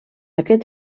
aquest